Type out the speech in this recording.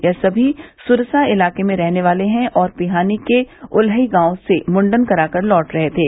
यह सभी सुरसा इलाके के रहने वाले हैं और पिहानी के उल्लही गांव से मुंडन करा कर लौट रहे थे